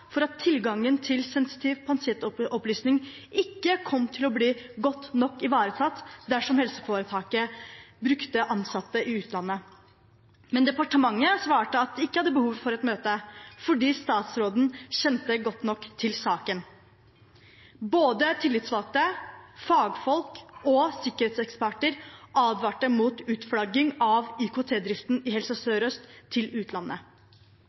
for at tilgangen til sensitive pasientopplysninger ikke kom til å bli godt nok ivaretatt dersom helseforetaket brukte ansatte i utlandet. Men departementet svarte at de ikke hadde behov for et møte, fordi statsråden kjente godt nok til saken. Både tillitsvalgte, fagfolk og sikkerhetseksperter advarte mot utflagging av IKT-driften i Helse Sør-Øst til utlandet.